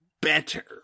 better